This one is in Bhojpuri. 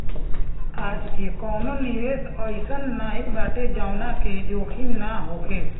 आजके कवनो निवेश अइसन नाइ बाटे जवना में जोखिम ना होखे